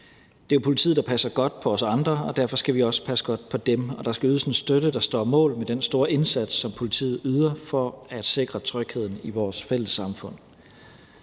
Det er jo politiet, der passer godt på os andre, og derfor skal vi også passe godt på dem, og der skal ydes en støtte, der står mål med den store indsats, som politiet yder for at sikre trygheden i vores fælles samfund.